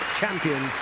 champion